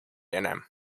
and